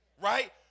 right